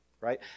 Right